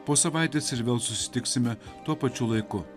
po savaitės ir vėl susitiksime tuo pačiu laiku